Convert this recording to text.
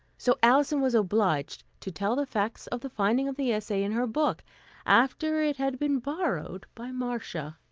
so alison was obliged to tell the facts of the finding of the essay in her book after it had been borrowed by marcia.